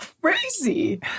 crazy